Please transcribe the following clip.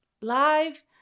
live